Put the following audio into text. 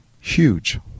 huge